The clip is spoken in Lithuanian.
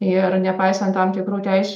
ir nepaisant tam tikrų teis